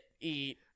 eat